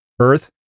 Earth